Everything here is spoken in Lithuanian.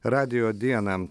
radijo dieną